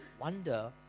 wonder